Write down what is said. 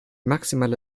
maximale